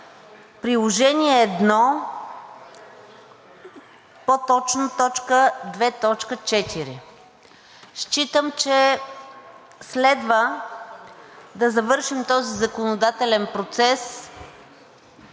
Приложение № 1, по-точно т. 2.4. Считам, че следва да завършим този законодателен процес